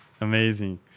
Amazing